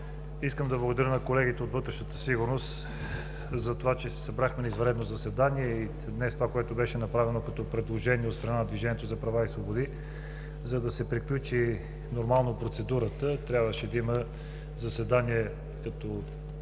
искам да благодаря на колегите от Комисията по вътрешна сигурност и обществен ред за това, че се събрахме на извънредно заседание и днес, това, което беше направено като предложение от страна на Движението за права и свободи, за да се приключи нормално процедурата, трябваше да има заседание, като